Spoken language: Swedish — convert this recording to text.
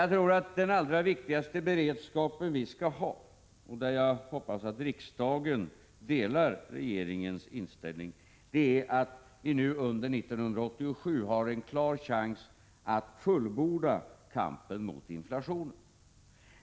Jag tror att den allra viktigaste beredskap som vi skall ha — och jag hoppas att riksdagen i detta fall delar regeringens inställning — är att vi nu under 1987 har en klar chans att fullborda kampen mot inflationen.